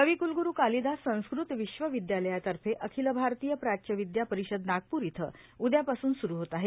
कविक्लग्रू कालिदास संस्कृत विश्वविद्यालयातर्फे अखिल भारतीय प्राच्यविद्या परिषद नागप्र इथं उद्यापासून सुरु होत आहे